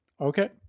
Okay